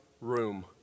room